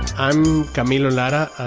i'm camilla latta. i'm